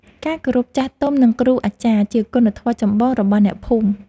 ការគោរពចាស់ទុំ និងគ្រូអាចារ្យ ជាគុណធម៌ចម្បងរបស់អ្នកភូមិ។